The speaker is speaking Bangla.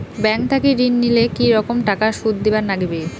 ব্যাংক থাকি ঋণ নিলে কি রকম টাকা সুদ দিবার নাগিবে?